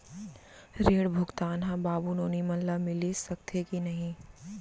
ऋण भुगतान ह बाबू नोनी मन ला मिलिस सकथे की नहीं?